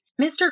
Mr